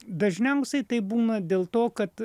dažniausiai tai būna dėl to kad